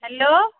hello